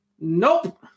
nope